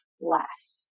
less